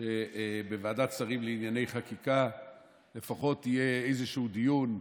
שבוועדת שרים לענייני חקיקה לפחות יהיה איזשהו דיון,